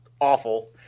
awful